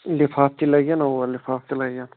لِفافہٕ تہِ لگن اوٚوا لِفافہٕ تہِ لگن